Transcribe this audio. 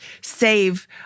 save